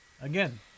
Again